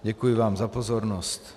Děkuji vám za pozornost.